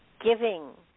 giving